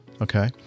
Okay